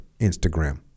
Instagram